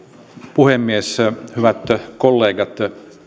puhemies hyvät kollegat